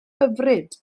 hyfryd